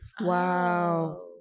wow